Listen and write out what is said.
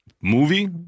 movie